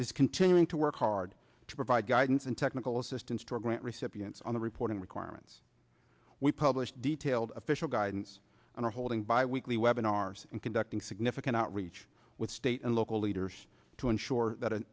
is continuing to work hard to provide guidance and technical assistance to grant recipients on the reporting requirements we publish detailed official guidance and are holding bi weekly webinars and conducting significant outreach with state and local leaders to ensure